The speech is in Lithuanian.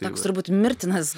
toks turbūt mirtinas